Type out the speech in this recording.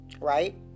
right